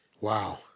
Wow